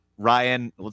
Ryan